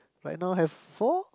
right now have four